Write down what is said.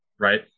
Right